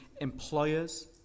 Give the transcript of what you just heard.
employers